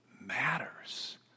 matters